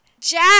Jack